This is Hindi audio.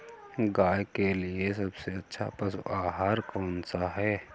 गाय के लिए सबसे अच्छा पशु आहार कौन सा है?